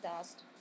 Dust